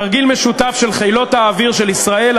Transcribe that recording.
תרגיל משותף של חילות האוויר של ישראל,